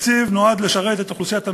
תקציב נועד לשרת את אוכלוסיית המדינה,